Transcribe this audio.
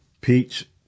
peach